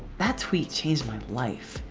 that's tweet changed my life!